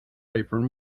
apron